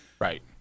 Right